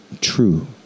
true